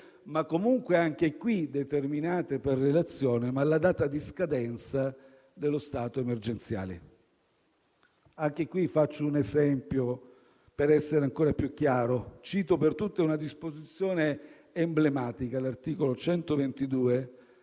ma comunque anche in questo caso determinate *per relationem* alla data di scadenza dello stato emergenziale. Anche qui faccio un esempio per essere ancora più chiaro e cito per tutte una disposizione emblematica, l'articolo 122